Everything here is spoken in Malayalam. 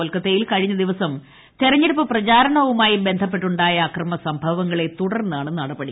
കൊൽക്കത്തയിൽ കഴിഞ്ഞദിവസം തെരഞ്ഞെടുപ്പ് പ്രചാരണവുമായി ബന്ധപ്പെട്ടുണ്ടായ അക്രമ സംഭവങ്ങളെ തുടർന്നാണ് നടപടി